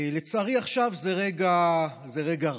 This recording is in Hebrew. לצערי, עכשיו זה רגע רע.